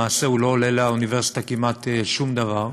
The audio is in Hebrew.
למעשה, הוא לא עולה לאוניברסיטה כמעט שום דבר,